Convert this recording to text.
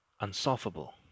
unsolvable